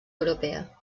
europea